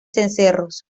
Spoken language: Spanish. cencerros